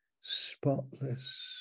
spotless